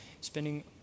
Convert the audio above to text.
spending